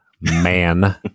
man